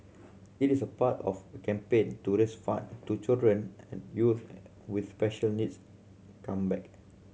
it is part of campaign to raise fund to children and youth with special needs come back